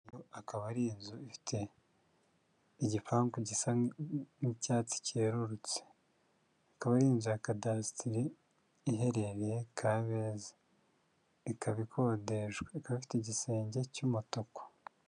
Iyi akaba ari inzu ifite igipangu gisa n'icyatsi kerurutse akaba ari inzu ya cadastiri iherereye Kabeza ikaba ikodeshwa ifite igisenge cy'umutuku.